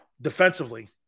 defensively